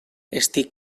estic